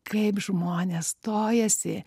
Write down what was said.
kaip žmonės stojasi